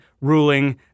ruling